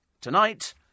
tonight